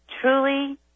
truly